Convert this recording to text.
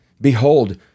Behold